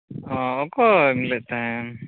ᱚᱻ ᱚᱠᱚᱭᱮᱢ ᱞᱟᱹᱭᱮᱫ ᱛᱟᱦᱮᱱ